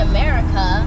America